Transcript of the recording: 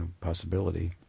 possibility